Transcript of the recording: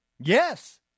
Yes